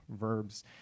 verbs